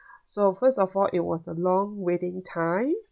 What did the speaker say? so first of all it was a long waiting time